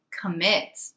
commit